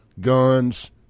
guns